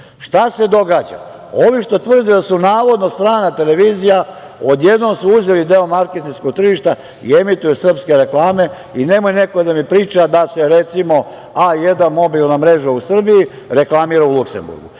se događa? Ovi što tvrde da su navodno strana televizija, odjednom su uzeli deo marketinškog tržišta i emituju srpske reklame. I nemoj neko da mi priča da se, recimo, A1 mobilna mreža u Srbiji reklamira u Luksemburgu